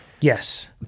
Yes